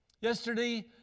Yesterday